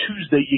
Tuesday